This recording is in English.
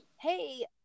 hey